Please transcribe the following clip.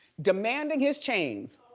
demanding his chains.